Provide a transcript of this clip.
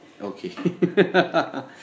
Okay